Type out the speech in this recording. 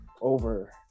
over